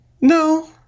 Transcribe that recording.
No